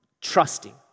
trusting